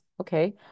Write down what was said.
okay